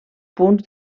punts